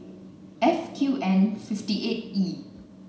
F Q N fifty eight E